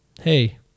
Hey